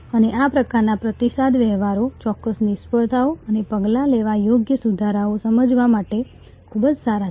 અને આ પ્રકારના પ્રતિસાદ વ્યવહારો ચોક્કસ નિષ્ફળતાઓ અને પગલાં લેવા યોગ્ય સુધારાઓને સમજવા માટે પણ ખૂબ સારા છે